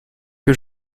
que